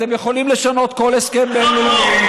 אתם יכולים לשנות כל הסכם בין-לאומי.